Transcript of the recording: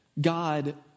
God